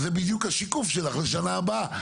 אז זה בדיוק השיקוף שלך לשנה הבאה.